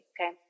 okay